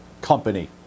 company